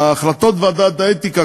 שהחלטות ועדת האתיקה,